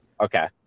Okay